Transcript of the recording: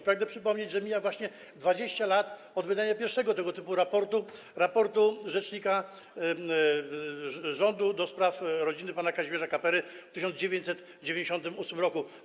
Pragnę przypomnieć, że mija właśnie 20 lat od wydania pierwszego tego typu raportu, raportu rzecznika rządu ds. rodziny pana Kazimierza Kapery, w 1998 r.